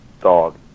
dog